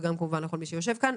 וגם כמובן לכל מי שיושב כאן,